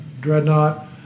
Dreadnought